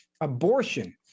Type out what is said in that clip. abortion